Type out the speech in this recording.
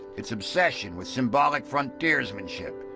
its obsession with symbolic frontiersmanship.